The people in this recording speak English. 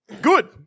Good